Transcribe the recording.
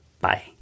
Bye